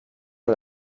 mal